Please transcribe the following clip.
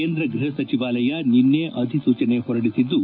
ಕೇಂದ್ರ ಗ್ರಹ ಸಚಿವಾಲಯ ನಿನ್ನೆ ಅಧಿಸೂಚನೆ ಹೊರಡಿಸಿದ್ದು